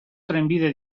trenbide